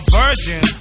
virgin